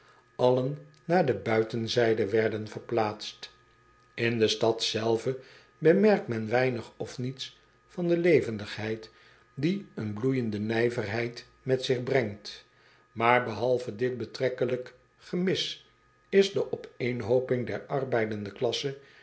allen naar de buitenzijde werden verplaatst n de stad zelve bemerkt men weinig of niets van de levendigheid die een bloeijende nijverheid met zich brengt aar behalve dit betrekkelijk gemis is de opeenhooping der arbeidende klasse